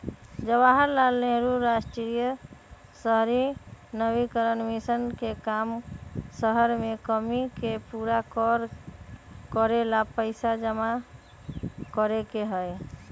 जवाहर लाल नेहरू राष्ट्रीय शहरी नवीकरण मिशन के काम शहर के कमी के पूरा करे ला पैसा जमा करे के हई